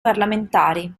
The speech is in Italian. parlamentari